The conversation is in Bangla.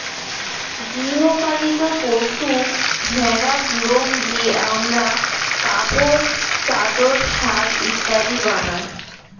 গৃহ পালিত পশু ভেড়ার লোম দিয়ে আমরা কাপড়, চাদর, শাল ইত্যাদি বানাই